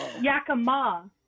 Yakima